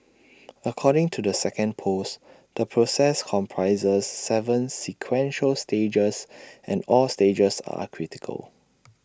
according to the second post the process comprises Seven sequential stages and all stages are critical